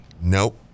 Nope